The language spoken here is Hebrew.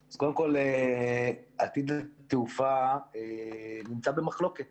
אז קודם כל, עתיד התעופה נמצא במחלוקת